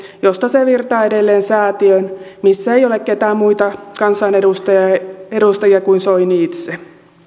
josta se virtaa edelleen säätiöön missä ei ole ketään muita kansanedustajia kuin soini itse